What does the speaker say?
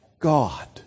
God